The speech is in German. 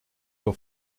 wir